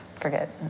forget